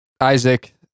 Isaac